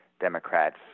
Democrats